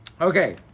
Okay